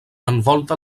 envolta